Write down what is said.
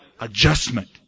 adjustment